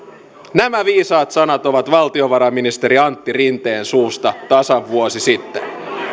nämä viisaat sanat ovat valtiovarainministeri antti rinteen suusta tasan vuosi sitten